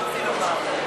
שכחתי לומר: